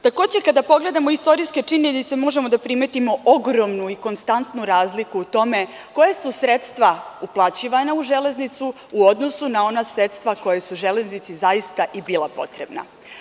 Takođe, kada pogledamo istorijske činjenice, možemo da primetimo ogromnu i konstantnu razliku u tome koja su sredstva uplaćivana u železnicu u odnosu na ona sredstva koja su železnici zaista i bila potrebna.